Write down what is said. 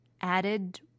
added